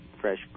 fresh